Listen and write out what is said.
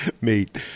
meet